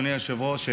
אדוני היושב-ראש,